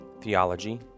theology